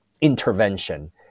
intervention